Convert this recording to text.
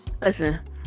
Listen